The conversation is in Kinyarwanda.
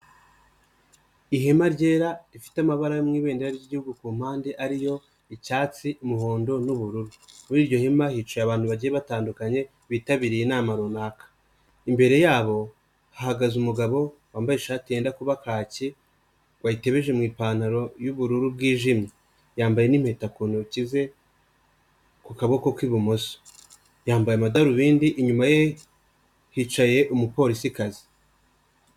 Ihema ryera rifite amabara yo mu ibedera ry'igihugu ku mpande ariyo icyatsi, umuhondo n'ubururu, muri iryo hema hicaye abantu bagiye batandukanye bitabiriye inama runaka, imbere yabo hahagaze umugabo wambaye ishati yenda kuba kaki wayitebeje mu ipantaro y'ubururu bwijimye yambaye n'impeta ku ntoki ze, ku kuboko k'ibumoso yambaye amadarubindi inyuma ye hicaye umupolisikazi.